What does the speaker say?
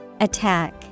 Attack